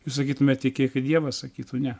jūs sakytumėt tikėk į dievą jis sakytų ne